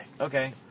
Okay